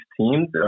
teams